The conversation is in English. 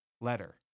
letter